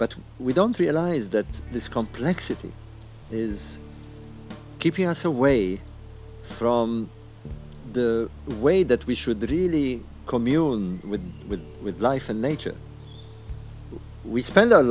but we don't realize that this complexity is keeping us away from the way that we should really commune with with with life and nature we spend o